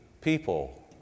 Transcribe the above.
people